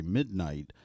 midnight